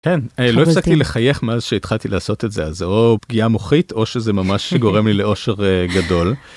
אין, לא הפסקתי לחייך מאז שהתחלתי לעשות את זה אז או פגיעה מוחית או שזה ממש גורם לי לאושר גדול.